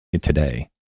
today